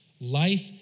Life